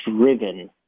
driven